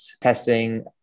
testing